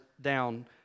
down